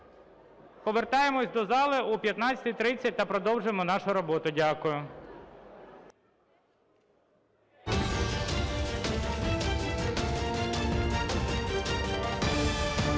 Повертаємося до зали о 15:30 та продовжуємо нашу роботу. Дякую.